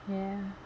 ya